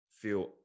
feel